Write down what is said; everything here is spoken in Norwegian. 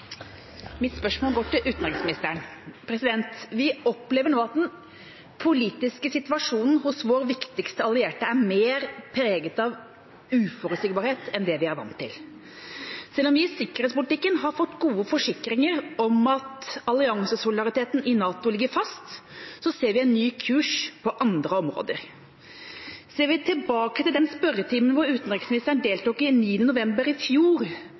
Mitt spørsmål går til utenriksministeren. Vi opplever nå at den politiske situasjonen hos vår viktigste allierte er mer preget av uforutsigbarhet enn det vi er vant til. Selv om vi i sikkerhetspolitikken har fått gode forsikringer om at alliansesolidariteten i NATO ligger fast, ser vi en ny kurs på andre områder. Ser vi tilbake til den spørretimen som utenriksministeren deltok i 9. november i fjor,